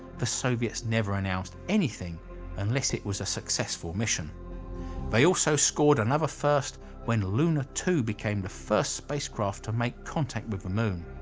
the soviets never announced anything unless it was a successful mission they also scored another first when luna two became the first spacecraft to make contact with the moon.